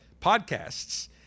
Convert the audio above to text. podcasts